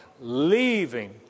Leaving